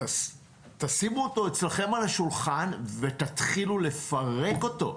תשימו אותו אצלכם על השולחן ותתחילו לפרק אותו.